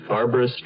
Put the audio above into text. Barbara